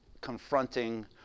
confronting